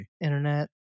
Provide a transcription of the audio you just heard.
Internet